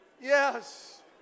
yes